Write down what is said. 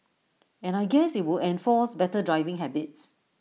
and I guess IT would enforce better driving habits